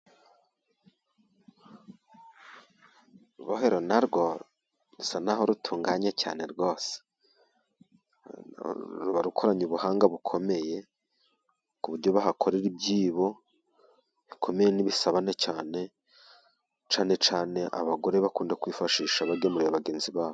Urubohero na rwo rusa naho rutunganye cyane rwose. Ruba rukoranye ubuhanga bukomeye, ku buryo bahakorera ibyibo bikomeye n'ibisobane cyane, cyane cyane abagore bakunda kwifashisha bagemuye bagenzi babo.